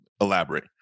Elaborate